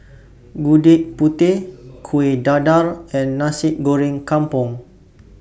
Gudeg Putih Kueh Dadar and Nasi Goreng Kampung